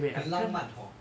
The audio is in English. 很浪漫 hor